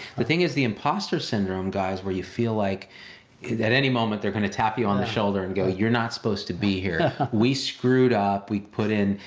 the thing is the imposter syndrome, guys, where you feel like at any moment they're gonna tap you on the shoulder and go, you're not supposed to be here, we screwed up, we put in,